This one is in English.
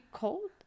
cold